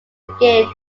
regained